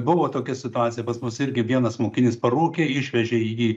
buvo tokia situacija pas mus irgi vienas mokinys parūkė išvežė jį